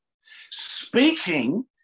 speaking